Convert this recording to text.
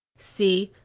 see,